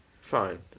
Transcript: fine